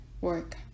work